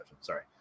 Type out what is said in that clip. Sorry